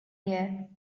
here